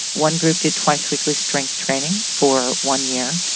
one group did twice weekly strength training for one year.